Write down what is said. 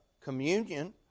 communion